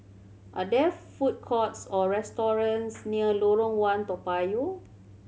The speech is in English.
are there food courts or restaurants near Lorong One Toa Payoh